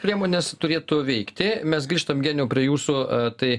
priemonės turėtų veikti mes grįžtam geniau prie jūsų tai